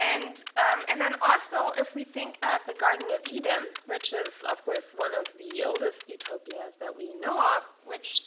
and and then also if we think of the garden of eden, which is, of course, one of the oldest utopias that we know of, which